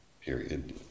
period